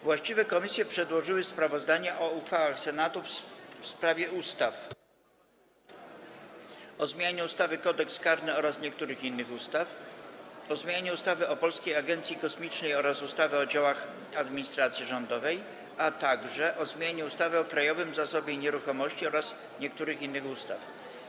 Właściwe komisje przedłożyły sprawozdania o uchwałach Senatu w sprawie ustaw: - o zmianie ustawy Kodeks karny oraz niektórych innych ustaw, - o zmianie ustawy o Polskiej Agencji Kosmicznej oraz ustawy o działach administracji rządowej, - o zmianie ustawy o Krajowym Zasobie Nieruchomości oraz niektórych innych ustaw.